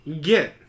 Get